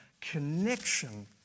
connection